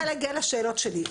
אני לא מצליחה להגיע לשאלות שלי.